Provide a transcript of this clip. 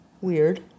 weird